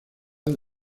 uno